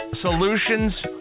solutions